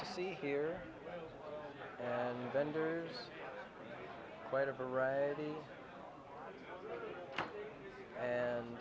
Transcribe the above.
to see here and vendors quite a variety and